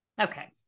okay